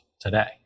today